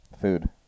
Food